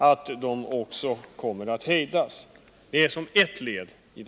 Det är åtminstone ett led i dessa strävanden.